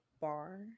bar